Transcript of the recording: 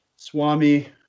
Swami